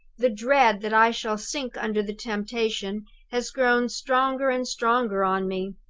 the dread that i shall sink under the temptation has grown stronger and stronger on me.